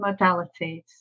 modalities